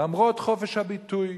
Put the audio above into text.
למרות חופש הביטוי,